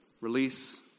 release